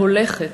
הולכת,